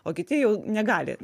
o kiti jau negali